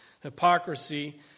hypocrisy